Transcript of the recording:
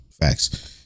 facts